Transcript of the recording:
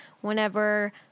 whenever